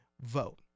vote